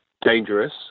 dangerous